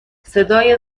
صدای